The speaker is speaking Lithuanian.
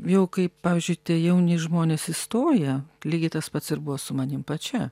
jau kai pavyzdžiui tie jauni žmonės įstoja lygiai tas pats ir buvo su manim pačia